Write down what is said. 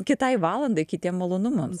kitai valandai kitiem malonumams